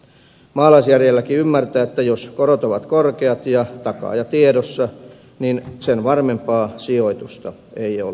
maalaisjärjelläkin ymmärtää että jos korot ovat korkeat ja takaaja tiedossa niin sen varmempaa sijoitusta ei ole